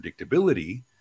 predictability